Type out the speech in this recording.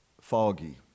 foggy